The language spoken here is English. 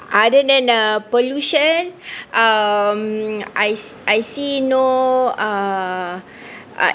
other than uh pollution um I see I see no uh